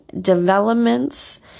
developments